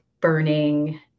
burning